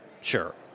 Sure